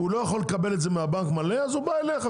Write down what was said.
הוא לא יכול לקבל את זה מהבנק במלואו אז הוא בא אליך.